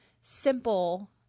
simple